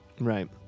Right